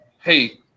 hey